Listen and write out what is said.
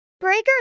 Breaker